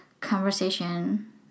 conversation